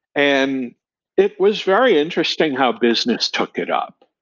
and it was very interesting how business took it up,